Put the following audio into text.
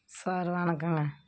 sir வணக்கம்ங்க